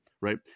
right